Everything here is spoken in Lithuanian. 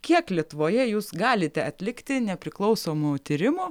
kiek lietuvoje jūs galite atlikti nepriklausomų tyrimų